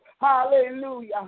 hallelujah